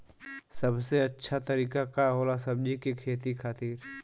सबसे अच्छा तरीका का होला सब्जी के खेती खातिर?